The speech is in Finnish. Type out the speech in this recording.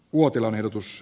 uotilan ehdotus